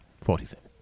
Forty-seven